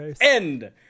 End